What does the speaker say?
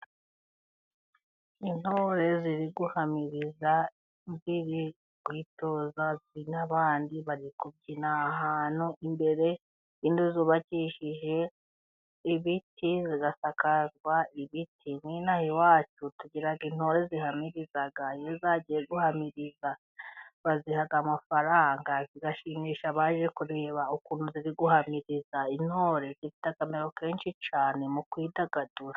Intore ziri guhamiriza izindi ziri kwitoza n'abandi bari kubyina ahantu imbere hari inzu zubakishije ibiti, zigasakazwa ibiTI.Nino aha iwacu tugira intore zihamiriza. Iyo zagiye guhamiriza bazihaha amafaranga zigashimisha abaje kureba ukuntu ziri guhamiriza. Intore zifite akamaro kenshi cyane mu kwidagadura.